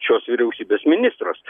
šios vyriausybės ministras